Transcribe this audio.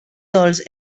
dolç